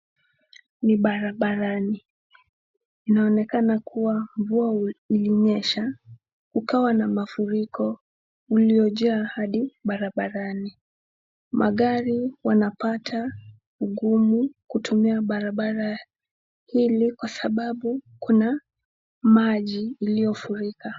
Ni barabarani, inaonekana kuwa mvua ulinyesha ukawa na mafuriko uliojaa hadi barabarani. Magari wanapata ugumu kutumia barabara hili kwa sababu kuna maji iliofurika.